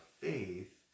faith